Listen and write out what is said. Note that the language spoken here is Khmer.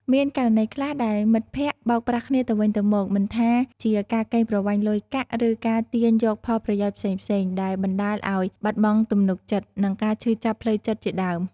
មានករណីខ្លះដែលមិត្តភក្តិបោកប្រាស់គ្នាទៅវិញទៅមក មិនថាជាការកេងប្រវ័ញ្ចលុយកាក់ ឬការទាញយកផលប្រយោជន៍ផ្សេងៗ ដែលបណ្ដាលឱ្យបាត់បង់ទំនុកចិត្ត និងការឈឺចាប់ផ្លូវចិត្តជាដើម ។